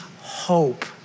hope